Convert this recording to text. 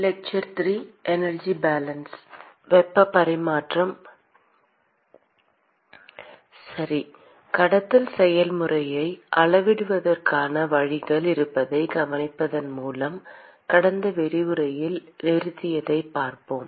ஆற்றல் இருப்பு சரி கடத்தல் செயல்முறையை அளவிடுவதற்கான வழிகள் இருப்பதைக் கவனிப்பதன் மூலம் கடந்த விரிவுரையில் நிறுத்தியதைப் பார்த்தோம்